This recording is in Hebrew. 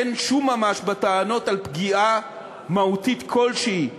אין שום ממש בטענות על פגיעה מהותית כלשהי בדמוקרטיה,